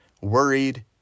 worried